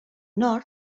nord